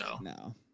No